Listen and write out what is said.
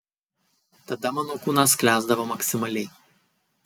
tada mano kūnas sklęsdavo maksimaliai